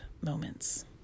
moments